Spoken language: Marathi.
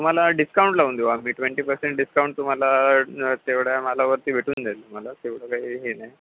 तुम्हाला डिस्काउंट लावून देऊ आम्ही ट्वेंटी पर्सेंट डिस्काउंट तुम्हाला तेवढ्या मालावरती भेटून जाईल मला तेवढं काही हे नाही